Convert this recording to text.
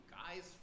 guys